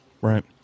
Right